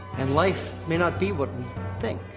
and life may not be what we think.